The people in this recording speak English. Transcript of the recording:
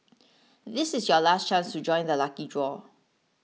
this is your last chance to join the lucky draw